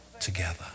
together